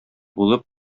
булып